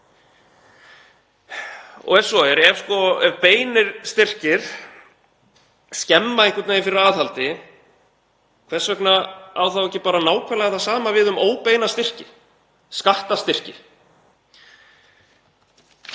Og ef svo er, ef beinir styrkir skemma einhvern veginn fyrir aðhaldi, hvers vegna á þá ekki bara nákvæmlega það sama á við um óbeina styrki, skattstyrki?